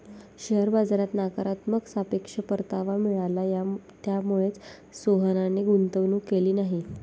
share बाजारात नकारात्मक सापेक्ष परतावा मिळाला, त्यामुळेच सोहनने गुंतवणूक केली नाही